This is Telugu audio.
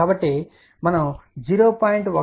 కాబట్టి మనం 0